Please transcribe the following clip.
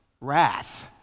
wrath